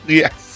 yes